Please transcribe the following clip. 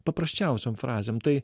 paprasčiausiom frazėm tai